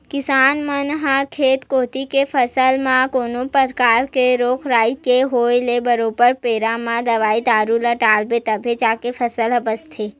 किसान मन ह खेत कोती के फसल म कोनो परकार ले रोग राई के होय ले बरोबर बेरा म दवई दारू ल डालथे तभे जाके फसल ह बचथे